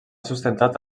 sustentat